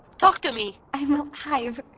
talk to me i'm alive.